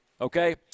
Okay